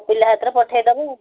ପିଲା ହାତରେ ପଠେଇଦେବୁ